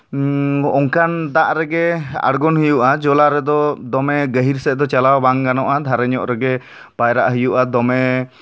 ᱚᱱᱠᱟᱱ ᱫᱟᱜ ᱨᱮᱜᱮ ᱟᱬᱜᱚᱱ ᱦᱩᱭᱩᱜᱼᱟ ᱡᱚᱞᱟ ᱨᱮᱫᱚ ᱫᱚᱢᱮ ᱜᱟᱹᱦᱤᱨ ᱥᱮᱫ ᱫᱚ ᱪᱟᱞᱟᱣ ᱵᱟᱝ ᱜᱟᱱᱚᱜᱼᱟ ᱫᱷᱟᱨᱮ ᱧᱚᱜ ᱨᱮᱜᱮ ᱯᱟᱭᱨᱟᱜ ᱦᱩᱭᱩᱜᱼᱟ ᱫᱚᱢᱮ